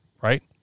right